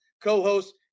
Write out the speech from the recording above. co-host